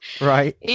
Right